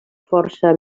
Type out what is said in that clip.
força